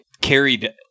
carried